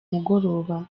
mugoroba